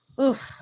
oof